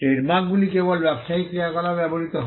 ট্রেডমার্কগুলি কেবল ব্যবসায়িক ক্রিয়াকলাপে ব্যবহৃত হয়